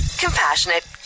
compassionate